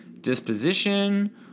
disposition